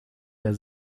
der